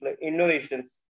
innovations